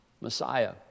Messiah